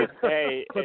hey –